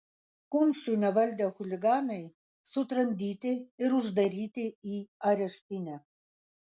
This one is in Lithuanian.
kumščių nevaldę chuliganai sutramdyti ir uždaryti į areštinę